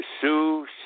sue